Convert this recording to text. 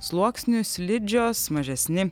sluoksniu slidžios mažesni